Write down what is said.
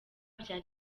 bya